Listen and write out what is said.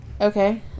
okay